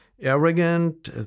Arrogant